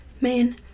Man